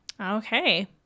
Okay